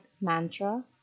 mantra